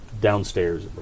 downstairs